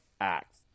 act